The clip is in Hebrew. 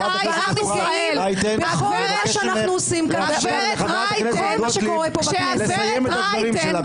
אנחנו גאים בכל מה שקורה פה בכנסת.